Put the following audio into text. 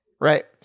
right